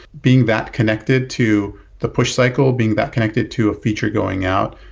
being that connected to the push cycle, being that connected to a feature going out,